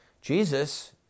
Jesus